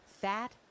fat